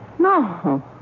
No